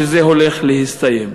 שזה הולך להסתיים.